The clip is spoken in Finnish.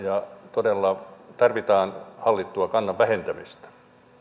todella tarvitaan hallittua kannan vähentämistä